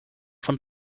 von